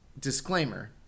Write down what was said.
disclaimer